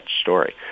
story